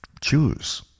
choose